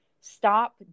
stop